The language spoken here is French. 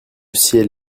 ciel